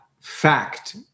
fact